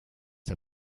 der